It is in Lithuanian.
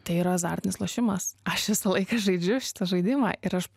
tai yra azartinis lošimas aš visą laiką žaidžiu šitą žaidimą ir aš